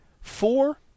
Four